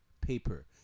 paper